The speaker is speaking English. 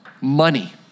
money